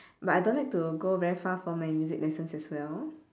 but I don't like to go very far for my music lessons as well